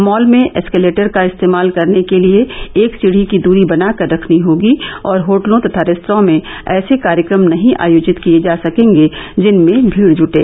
mall में escalator का इस्तेमाल करने के लिए एक सीढ़ी की दुरी बनाकर रखनी होगी और होटलों तथा रेस्त्रां में ऐसे कार्यक्रम नहीं आयोजित किये जा सकेंगे जिनमें भीड जुटे